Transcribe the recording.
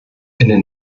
den